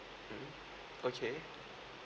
mmhmm okay